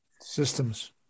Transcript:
Systems